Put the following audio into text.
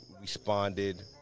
responded